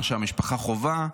חווה,